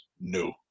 No